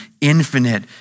infinite